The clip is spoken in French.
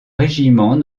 régiment